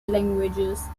languages